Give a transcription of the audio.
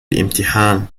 الإمتحان